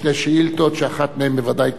שאחת מהן בוודאי תעורר עניין רב.